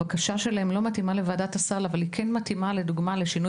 אם הבקשה שלהם לא מתאימה לוועדת הסל אבל היא כן מתאימה לשינוי